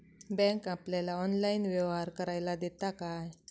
Bank आपल्याला online व्यवहार करायला देता काय?